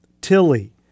Tilly